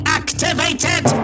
activated